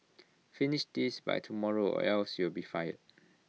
finish this by tomorrow or else you'll be fired